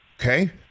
Okay